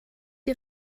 die